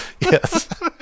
yes